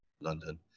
London